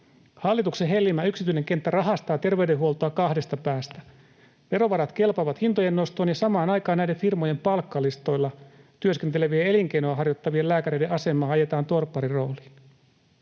”Hallituksen hellimä yksityinen kenttä rahastaa terveydenhuoltoa kahdesta päästä. Verovarat kelpaavat hintojen nostoon ja samaan aikaan näiden firmojen palkkalistoilla työskentelevien ja elinkeinoa harjoittavien lääkäreiden asemaa ajetaan torpparin rooliin.